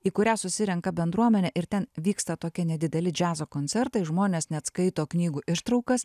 į kurią susirenka bendruomenė ir ten vyksta tokie nedideli džiazo koncertai žmonės net skaito knygų ištraukas